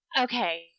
Okay